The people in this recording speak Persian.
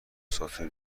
ساتور